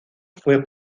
fue